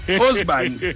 husband